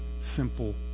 simple